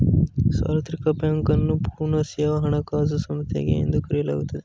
ಸಾರ್ವತ್ರಿಕ ಬ್ಯಾಂಕ್ ನ್ನು ಪೂರ್ಣ ಸೇವಾ ಹಣಕಾಸು ಸಂಸ್ಥೆಗಳು ಎಂದು ಕರೆಯುತ್ತಾರೆ